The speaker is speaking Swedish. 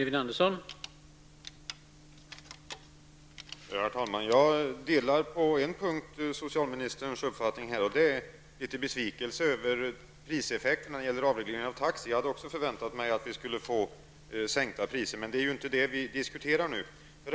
Herr talman! Jag delar på en punkt socialministerns uppfattning, och det är hennes besvikelse över priseffekterna när det gäller avregleringen av taxi. Jag hade också väntat mig att vi skulle få sänkta priser, men det är ju inte det vi diskuterar nu.